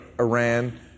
Iran